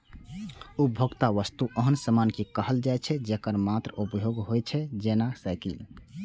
उपभोक्ता वस्तु ओहन सामान कें कहल जाइ छै, जेकर मात्र उपभोग होइ छै, जेना साइकिल